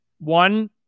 One